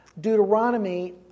Deuteronomy